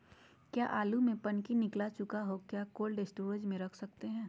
क्या आलु में पनकी निकला चुका हा क्या कोल्ड स्टोरेज में रख सकते हैं?